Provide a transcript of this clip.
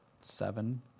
Seven